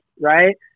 right